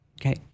Okay